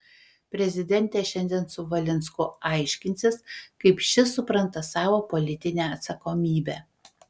prezidentė šiandien su valinsku aiškinsis kaip šis supranta savo politinę atsakomybę